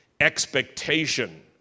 expectation